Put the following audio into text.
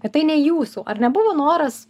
kad tai ne jūsų ar ne buvo noras